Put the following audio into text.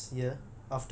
gap